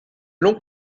long